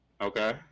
Okay